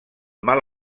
mal